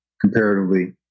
comparatively